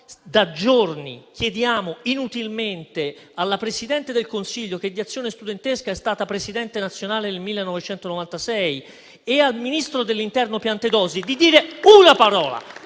Da giorni però chiediamo inutilmente alla Presidente del Consiglio, che di Azione studentesca è stata presidente nazionale nel 1996 e al ministro dell'interno Piantedosi di dire una parola